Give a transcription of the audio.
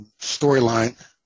storyline